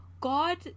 God